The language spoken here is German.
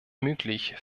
möglich